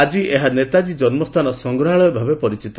ଆକି ଏହା ନେତାଜୀ ଜନ୍ମସ୍ଥାନ ସଂଗ୍ରହାଳୟଭାବେ ପରିଛିତ